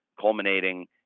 culminating